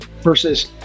versus